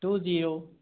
two zero